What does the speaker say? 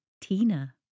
Tina